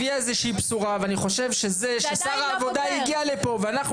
הביאה איזושהי בשורה ואני חושב ששר העבודה הגיע לפה ואנחנו